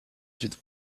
through